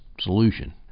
solution